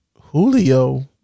Julio